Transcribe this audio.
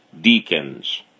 deacons